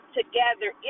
together